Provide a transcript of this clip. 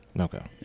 Okay